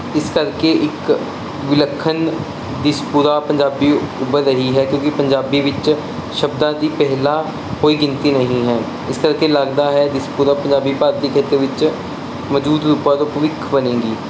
ਇਸ ਕਰਕੇ ਇੱਕ ਵਿਲੱਖਣ ਇਸ ਪੂਰਾ ਪੰਜਾਬੀ ਉਭਰ ਰਹੀ ਹੈ ਕਿਉਂਕਿ ਪੰਜਾਬੀ ਵਿੱਚ ਸ਼ਬਦਾਂ ਦੀ ਪਹਿਲਾ ਕੋਈ ਗਿਣਤੀ ਨਹੀਂ ਹੈ ਇਸ ਕਰਕੇ ਲੱਗਦਾ ਹੈ ਜਿਸ ਪੂਰਵ ਪੰਜਾਬੀ ਭਾਰਤੀ ਖੇਤਰ ਵਿੱਚ ਮੌਜੂਦ ਪਾਕ ਭਵਿੱਖ ਬਣੇਗੀ